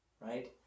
right